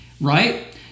right